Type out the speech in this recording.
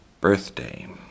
Birthday